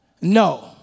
No